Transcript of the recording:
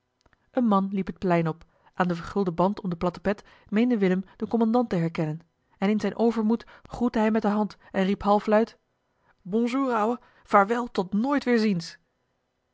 een man liep het plein op aan den vergulden band om de platte pet meende willem den kommandant te herkennen en in zijn overmoed groette hij met de hand en riep halfluid bonjour ouwe vaarwel tot nooit weerziens